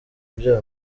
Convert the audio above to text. byabo